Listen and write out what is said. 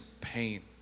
pain